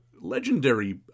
Legendary